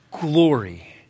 glory